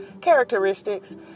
characteristics